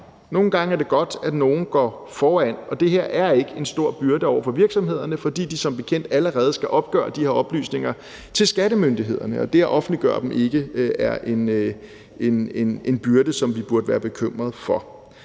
nogle gange er det godt, at nogle går foran, og det her er ikke en stor byrde for virksomhederne, fordi de som bekendt allerede skal give de her oplysninger til skattemyndighederne, og det at offentliggøre dem er ikke en byrde, som de burde være bekymrede for.